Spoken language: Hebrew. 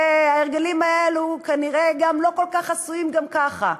וההרגלים האלה כנראה לא כל כך חסויים גם ככה.